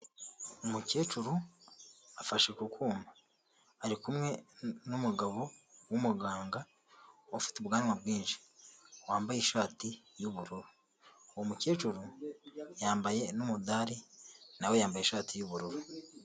Umukecuru afashe ku kuma, ari kumwe n'umugabo w'umuganga, ufite ubwanwa bwinshi, wambaye ishati y'ubururu, uwo mukecuru yambaye umudari, nawe yambaye ishati y'ubururu.